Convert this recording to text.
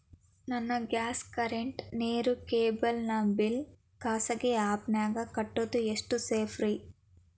ನನ್ನ gas current, ನೇರು, cable ನ ಬಿಲ್ ಖಾಸಗಿ ಆ್ಯಪ್ ನ್ಯಾಗ್ ಕಟ್ಟೋದು ಎಷ್ಟು ಸೇಫ್ರಿ?